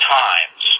times